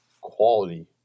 quality